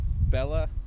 Bella